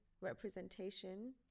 representation